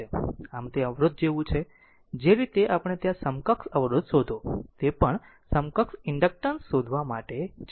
આમ તે અવરોધ જેવું છે જે રીતે આપણે ત્યાં સમકક્ષ અવરોધ શોધો તે પણ સમકક્ષ ઇન્ડક્ટન્સ શોધવા માટે છે